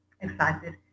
excited